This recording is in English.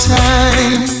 time